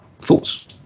thoughts